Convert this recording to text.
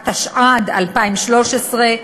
התשע"ד 2013,